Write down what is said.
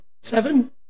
seven